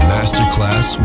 Masterclass